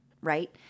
Right